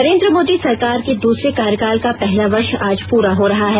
नरेन्द्र मोदी सरकार के दूसरे कार्यकाल का पहला वर्ष आज प्ररा हो रहा है